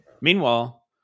Meanwhile